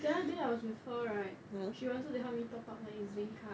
the other day I was with her right she wanted to help me top up my EZ-link card